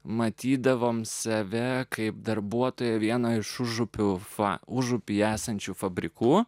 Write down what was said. matydavome save kaip darbuotoją vieną iš užupio fa užupyje esančių fabrikų